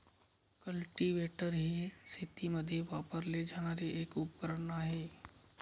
cultivator हे शेतीमध्ये वापरले जाणारे एक उपकरण आहे